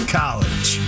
college